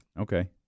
Okay